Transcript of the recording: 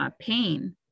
pain